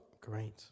great